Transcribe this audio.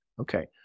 Okay